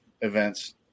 events